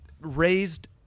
raised